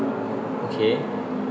okay